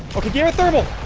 okay here a thermal.